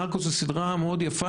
נרקוס זאת סדרה מאוד יפה,